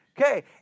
Okay